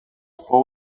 fou